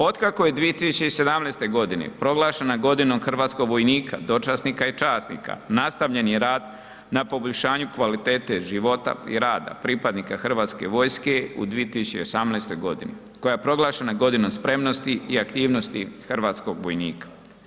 Otkako je 2017.g. proglašena godinom hrvatskog vojnika, dočasnika i časnika, nastavljen je rad na poboljšanju kvalitete života i rada pripadnika Hrvatske vojske u 2018.g. koja je proglašena godinom spremnosti i aktivnosti Hrvatskog vojnika.